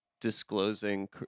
disclosing